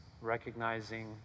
recognizing